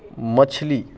मछली